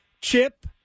Chip